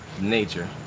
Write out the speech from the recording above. nature